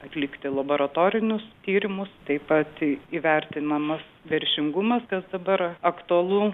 atlikti laboratorinius tyrimus taip pat įvertinamas veršingumas kas dabar aktualu